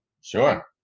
Sure